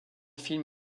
films